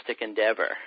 endeavor